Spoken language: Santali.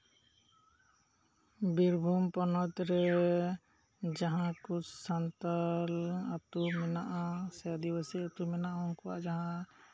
ᱵᱤᱨᱵᱷᱩᱢ ᱯᱚᱱᱚᱛ ᱨᱮ ᱡᱟᱦᱟᱸ ᱠᱚ ᱥᱟᱱᱛᱟᱞ ᱟᱛᱳ ᱢᱮᱱᱟᱜᱼᱟ ᱥᱮ ᱟᱹᱫᱤᱵᱟᱹᱥᱤ ᱟᱹᱛᱩ ᱢᱮᱱᱟᱜᱼᱟ ᱩᱱᱠᱩ ᱟᱜ ᱡᱟᱦᱟᱸ